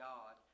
God